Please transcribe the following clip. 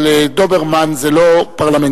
אבל "דוברמן" זה לא פרלמנטרי.